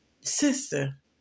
Sister